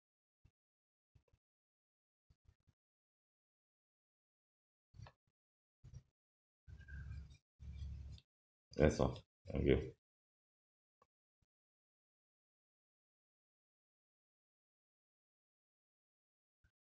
that's all thank you